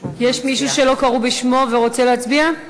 מישהו שלא קראו בשמו ורוצה להצביע?